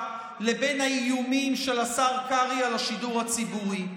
לבין האיומים של השר קרעי על השידור הציבורי.